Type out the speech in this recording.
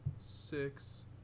six